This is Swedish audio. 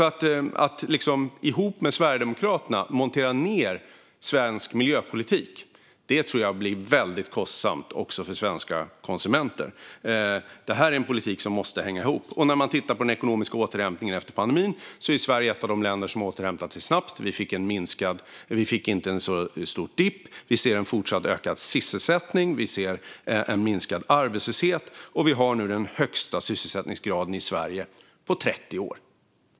Att tillsammans med Sverigedemokraterna montera ned svensk miljöpolitik tror jag blir väldigt kostsamt också för svenska konsumenter. Detta är en politik som måste hänga ihop. När man tittar på den ekonomiska återhämtningen efter pandemin är Sverige ett av de länder som har återhämtat sig snabbt. Vi fick inte en så stor dipp, vi ser en fortsatt ökad sysselsättning, vi ser en minskad arbetslöshet och vi har nu den högsta sysselsättningsgraden i Sverige på 30 år.